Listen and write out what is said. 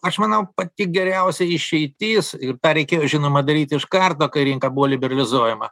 aš manau pati geriausia išeitis ir tą reikėjo žinoma daryti iš karto kai rinka buvo liberalizuojama